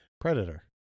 Predator